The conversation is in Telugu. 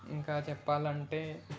ఇంకా చెప్పాలంటే